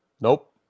Nope